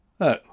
Oh